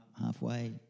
halfway